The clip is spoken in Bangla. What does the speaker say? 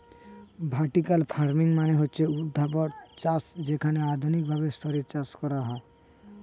ভার্টিকাল ফার্মিং মানে হচ্ছে ঊর্ধ্বাধ চাষ যেখানে আধুনিক ভাবে স্তরে চাষ করা হয়